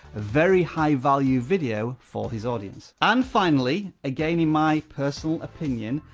a very high value video for his audience. and finally, again in my personal opinion,